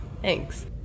Thanks